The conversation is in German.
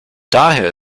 daher